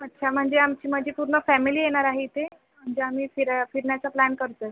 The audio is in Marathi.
अच्छा म्हणजे आमची माझी पूर्ण फॅमिली येणार आहे इथे म्हणजे आम्ही फिरा फिरण्याचा प्लॅन करतो आहे